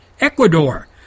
Ecuador